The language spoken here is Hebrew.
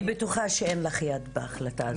אני בטוחה שאין לך יד בהחלטה הזאת.